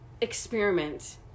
experiment